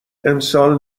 امسال